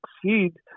succeed